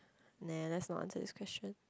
nah let's not answer this question